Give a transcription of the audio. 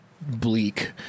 bleak